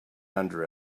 under